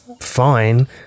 fine